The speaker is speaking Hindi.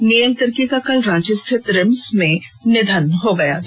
नियेल तिर्की का कल रांची स्थित रिम्स में निधन हो गया था